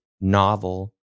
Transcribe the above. Novel